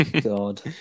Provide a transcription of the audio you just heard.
God